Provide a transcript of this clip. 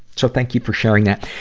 so thank you for sharing that.